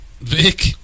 Vic